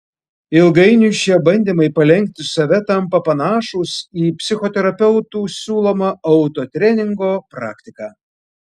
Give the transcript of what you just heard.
ilgainiui šie bandymai palenkti save tampa panašūs į psichoterapeutų siūlomą autotreningo praktiką